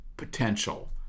Potential